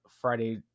Friday